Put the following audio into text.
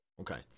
Okay